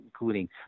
including